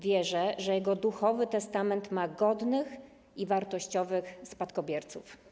Wierzę, że jego duchowy testament ma godnych i wartościowych spadkobierców.